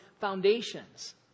foundations